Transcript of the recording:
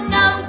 no